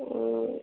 ம்